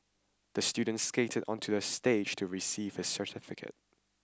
the student skated onto the stage to receive his certificate